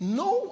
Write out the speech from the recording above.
no